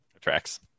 Tracks